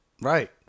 Right